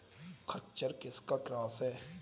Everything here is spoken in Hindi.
खच्चर किसका क्रास है?